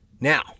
Now